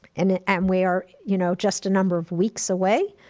and ah um we are, you know, just a number of weeks away.